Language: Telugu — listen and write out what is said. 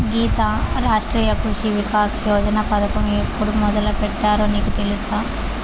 గీతా, రాష్ట్రీయ కృషి వికాస్ యోజన పథకం ఎప్పుడు మొదలుపెట్టారో నీకు తెలుసా